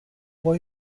può